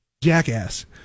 jackass